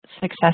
success